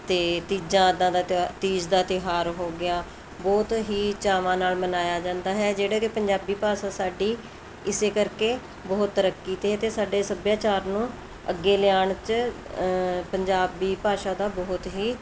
ਅਤੇ ਤੀਜਾਂ ਇੱਦਾਂ ਦਾ ਤਿਉ ਤੀਜ ਦਾ ਤਿਉਹਾਰ ਹੋ ਗਿਆ ਬਹੁਤ ਹੀ ਚਾਵਾਂ ਨਾਲ ਮਨਾਇਆ ਜਾਂਦਾ ਹੈ ਜਿਹੜੇ ਕਿ ਪੰਜਾਬੀ ਭਾਸ਼ਾ ਸਾਡੀ ਇਸੇ ਕਰਕੇ ਬਹੁਤ ਤਰੱਕੀ 'ਤੇ ਹੈ ਅਤੇ ਸਾਡੇ ਸੱਭਿਆਚਾਰ ਨੂੰ ਅੱਗੇ ਲਿਆਉਣ 'ਚ ਪੰਜਾਬੀ ਭਾਸ਼ਾ ਦਾ ਬਹੁਤ ਹੀ